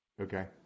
Okay